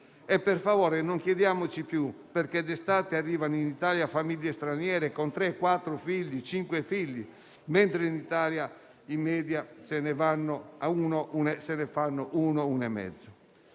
per favore, non chiediamoci più perché d'estate arrivano in Italia famiglie straniere con tre, quattro, cinque figli, mentre in Italia in media se ne fanno uno o uno e mezzo.